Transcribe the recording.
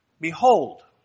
behold